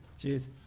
Cheers